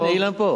הנה, אילן פה.